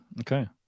Okay